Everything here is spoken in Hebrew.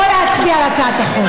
בוא להצביע על הצעת החוק.